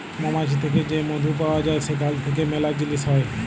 মমাছি থ্যাকে যে মধু পাউয়া যায় সেখাল থ্যাইকে ম্যালা জিলিস হ্যয়